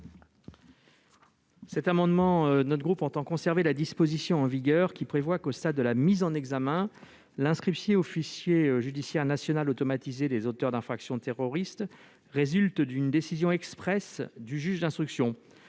Écologiste et Républicain entend conserver la disposition en vigueur qui prévoit que, au stade de la mise en examen, l'inscription au fichier judiciaire national automatisé des auteurs d'infractions terroristes, le Fijait, résulte d'une décision expresse du juge d'instruction.